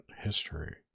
history